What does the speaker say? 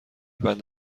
بند